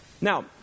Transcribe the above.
Now